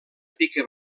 pica